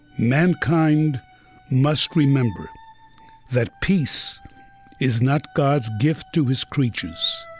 mankind must remember that peace is not god's gift to his creatures,